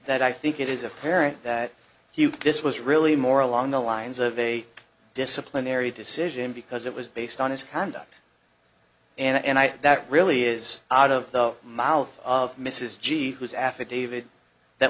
that i think it is apparent that he this was really more along the lines of a disciplinary decision because it was based on his conduct and i think that really is out of the mouth of mrs g whose affidavit that